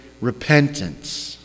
Repentance